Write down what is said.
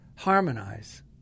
harmonize